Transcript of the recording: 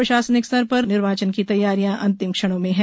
प्रशासनिक स्तर पर निर्वाचन की तैयारियां अंतिम क्षणों में है